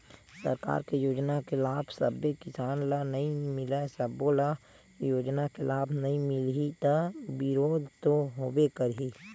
सरकार के योजना के लाभ सब्बे किसान ल नइ मिलय, सब्बो ल योजना के लाभ नइ मिलही त बिरोध तो होबे करही